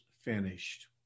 finished